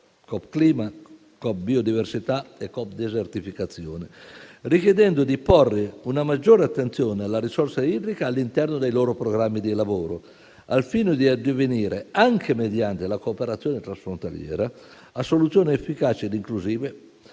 (COP clima, COP biodiversità e COP desertificazione) richiedendo di porre una maggiore attenzione alla risorsa idrica all'interno dei loro programmi di lavoro: tutto ciò al fine di addivenire, anche mediante la cooperazione transfrontaliera, a soluzioni efficaci e inclusive